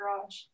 garage